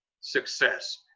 success